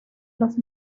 los